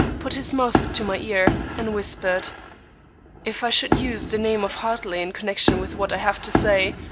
put his mouth to my ear, and whispered if i should use the name of hartley in connection with what i have to say,